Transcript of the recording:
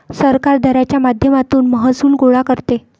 सरकार दराच्या माध्यमातून महसूल गोळा करते